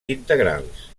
integrals